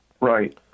Right